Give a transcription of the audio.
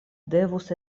devus